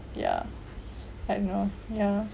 ya I know ya